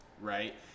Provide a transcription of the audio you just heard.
right